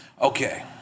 Okay